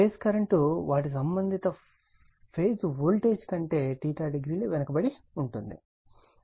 phase current వాటి సంబంధిత phase voltage కంటే తో వెనుకబడి ఉంటుంది